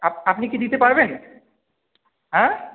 আপনি কি দিতে পারবেন হ্যাঁ